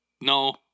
No